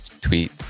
tweet